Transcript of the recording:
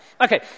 Okay